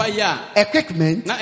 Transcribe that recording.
equipment